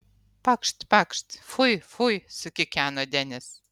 pakšt pakšt fui fui sukikeno denis